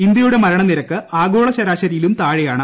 ഇന്ത്യയുടെ മരണനിരക്ക് ആഗോള ശരാശരിയിലും താഴെയാണ്